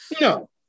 No